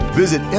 visit